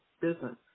business